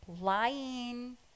lying